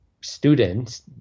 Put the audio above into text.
students